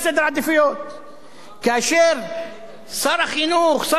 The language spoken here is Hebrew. כאשר שר החינוך, שר האוצר, מזדרזים